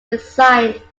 designed